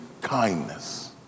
kindness